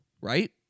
right